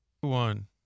One